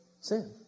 sin